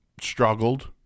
struggled